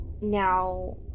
now